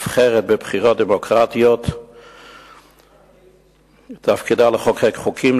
הנבחרת בבחירות דמוקרטיות ותפקידה לחוקק חוקים,